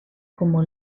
como